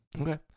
okay